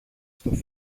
στο